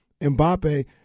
Mbappe